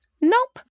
Nope